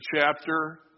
chapter